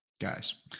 guys